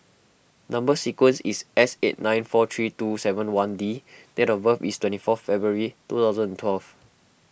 Number Sequence is S eight nine four three two seven one D and date of birth is twenty fourth February two thousand and twelve